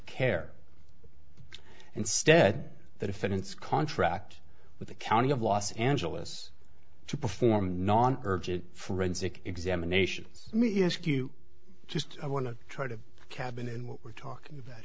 care instead the defendant's contract with the county of los angeles to perform non urgent forensic examinations me ask you just i want to try to cabin and what we're talking about